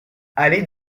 allée